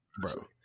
bro